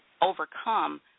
overcome